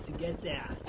get yeah